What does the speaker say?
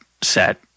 set